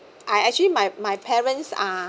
I actually my my parents are